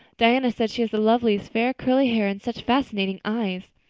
diana says she has the loveliest fair curly hair and such fascinating eyes.